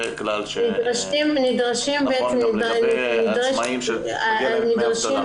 זה כלל שנכון גם לגבי עצמאים שמגיעים להם דמי אבטלה.